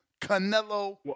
Canelo